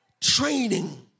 Training